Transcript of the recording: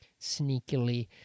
sneakily